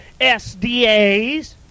SDAs